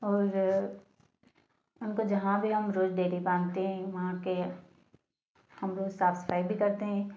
और उनको जहाँ भी हम रोज़ डेली बाँधते हैं वहाँ के हम लोग साफ़ सफ़ाई भी करते हैं